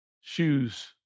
shoes